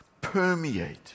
permeate